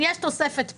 יש תוספת כאן,